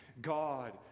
God